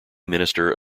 minister